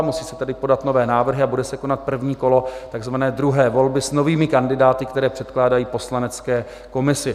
Musí se tedy podat nové návrhy a bude se konat první kolo takzvané druhé volby s novými kandidáty, které se předkládají poslanecké komisi.